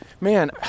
man